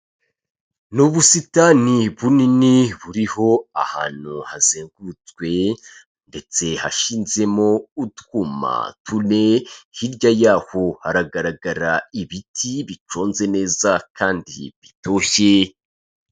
Ni ubusitani bunini buriho ahantu hazengurutswe ndetse hashizemo utwuma tune, hirya yaho haragaragara ibiti biconze neza kandi bitoshye.